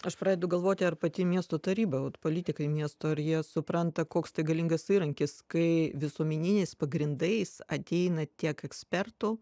aš pradedu galvoti ar pati miesto taryba vat politikai miesto ar jie supranta koks tai galingas įrankis kai visuomeniniais pagrindais ateina tiek ekspertų